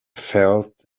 felt